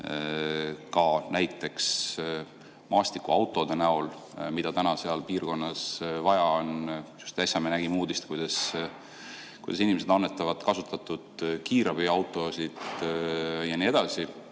ka näiteks maastikuautosid, mida seal piirkonnas vaja on. Just äsja me nägime uudist, kuidas inimesed annetavad kasutatud kiirabiautosid ja nii edasi.